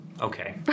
Okay